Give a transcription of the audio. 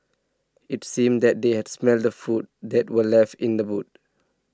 it seemed that they had smelt the food that were left in the boot